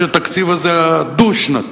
שהתקציב הזה הדו-שנתי,